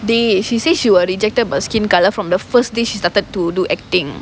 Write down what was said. dey she say she got rejected by her skin colour from the first day she started to do acting